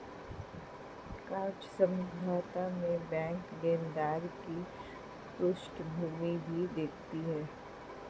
कर्ज समझौता में बैंक लेनदार की पृष्ठभूमि भी देखती है